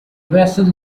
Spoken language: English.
vessels